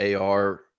AR